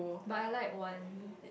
but I like one